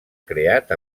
creat